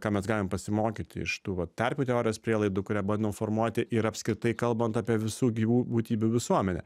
ką mes galim pasimokyti iš tų vat terpių teorijos prielaidų kurią bandom formuoti ir apskritai kalbant apie visų gyvų būtybių visuomenę